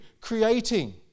Creating